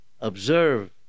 observe